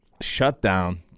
shutdown